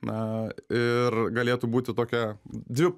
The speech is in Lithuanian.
na ir galėtų būti tokia dvi